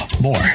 more